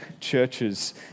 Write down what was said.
churches